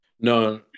No